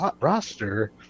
roster